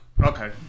Okay